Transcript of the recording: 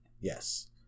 Yes